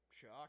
Shock